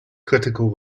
critical